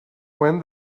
when